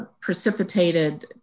precipitated